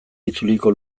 itzuliko